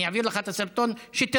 אני אעביר לך את הסרטון שתראה,